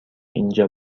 اینجا